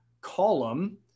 column